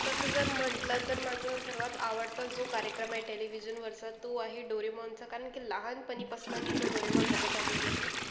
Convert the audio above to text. तसं जर म्हटलं तर माझं सर्वात आवडतं जो कार्यक्रम आहे टेलिव्हिजनवरचा तो आहे डोरेमॉनचा कारण की लहानपणीपासनं मी जो डोरेमॉन बघत आलेली आहे